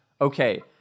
Okay